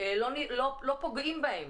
לא פוגעים בהם.